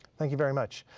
thank you very much.